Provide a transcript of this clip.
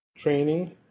training